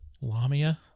Lamia